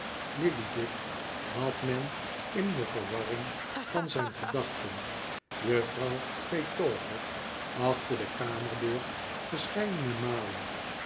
lillyvick had men in de verwarring van zijn gedachten juffrouw petowker achter de kamerdeur verscheidene malen